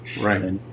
Right